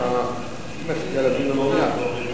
בוועדה.